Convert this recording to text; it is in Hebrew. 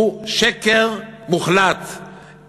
הוא שקר מוחלט,